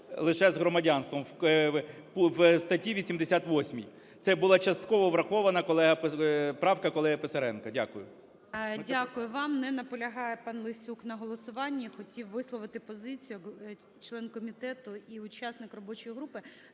лише з громадянством в статті 88. Це була частково врахована правка колеги Писаренка. Дякую. ГОЛОВУЮЧИЙ. Дякую вам. Не наполягає пан Лесюк на голосуванні. Хотів висловити позицію як член комітету і учасник робочої групи.